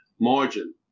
margin